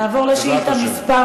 נעבור לשאילתה מס'